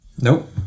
Nope